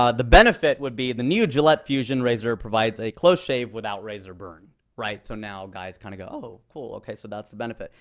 ah the benefit would be, the new gillette fusion razor provides a close shave without razor burn. right? so now guys kind of go, cool, ok, so that's the benefit.